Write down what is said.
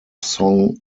song